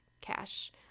cash